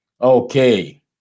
Okay